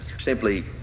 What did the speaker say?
simply